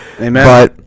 Amen